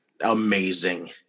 Amazing